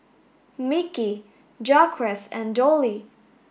Mickie Jaquez and Dollie